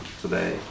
today